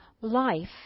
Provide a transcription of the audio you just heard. life